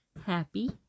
Happy